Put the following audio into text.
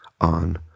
on